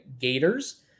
Gators